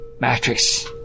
matrix